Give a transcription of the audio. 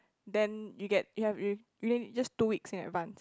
then you get you have you you just two weeks in advance